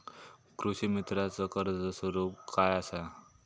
कृषीमित्राच कर्ज स्वरूप काय असा?